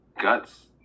guts